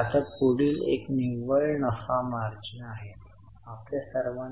आणि 2000 रुपये नफा एकूण विक्री मूल्य 4000 आहे